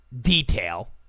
detail